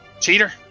Cheater